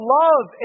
love